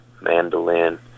mandolin